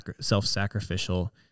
self-sacrificial